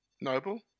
Noble